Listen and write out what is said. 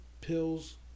pills